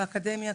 באקדמיה,